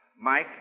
Mike